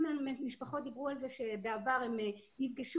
משפחות דיברו על זה שאם בעבר הם נפגשו